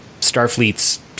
Starfleet's